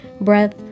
breath